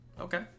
Okay